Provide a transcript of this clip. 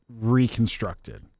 reconstructed